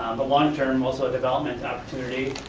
but long-term also a development opportunity,